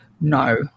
no